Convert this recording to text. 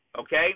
Okay